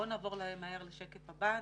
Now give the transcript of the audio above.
בואו נעבור לשקף הבא.